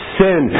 sin